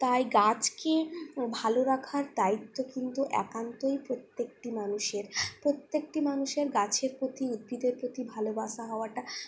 তাই গাছকে ভালো রাখার দায়িত্ব কিন্তু একান্তই প্রত্যেকটি মানুষের প্রত্যেকটি মানুষের গাছের প্রতি উদ্ভিদের প্রতি ভালোবাসা হওয়াটা